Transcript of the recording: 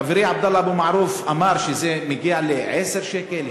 חברי עבדאללה אבו מערוף אמר שזה מגיע ל-10 שקלים,